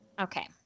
Okay